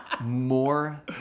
More